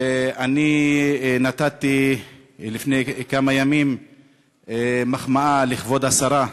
ואני נתתי לפני כמה ימים מחמאה לכבוד השרה,